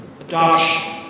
adoption